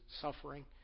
suffering